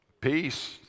Peace